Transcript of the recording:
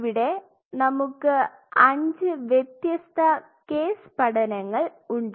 ഇവിടെ നമുക്ക് 5 വ്യത്യസ്ത കേസ് പഠനങ്ങൾ ഉണ്ട്